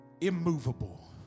immovable